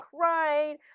crying